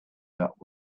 that